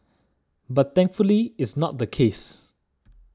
but thankfully it's not the case